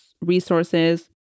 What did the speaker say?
resources